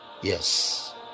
yes